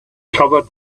covered